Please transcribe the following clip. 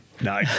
No